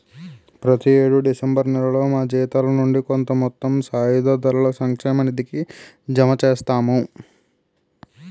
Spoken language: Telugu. ప్రతి యేడు డిసెంబర్ నేలలో మా జీతాల నుండి కొంత మొత్తం సాయుధ దళాల సంక్షేమ నిధికి జమ చేస్తాము